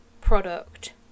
product